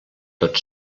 tot